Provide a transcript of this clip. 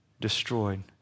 destroyed